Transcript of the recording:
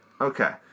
okay